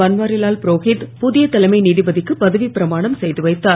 பன்வாரிலால் புரோஹித் புதிய தலைமை நீதிபதிக்கு பதவிப் பிரமாணம் செய்துவைத்தார்